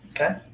Okay